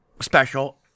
special